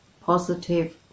positive